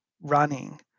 running